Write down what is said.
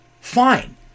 fine